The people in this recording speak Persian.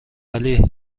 ولی